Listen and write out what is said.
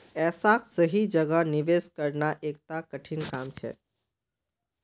ऐसाक सही जगह निवेश करना एकता कठिन काम छेक